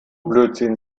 blödsinn